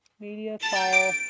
MediaFire